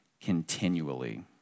continually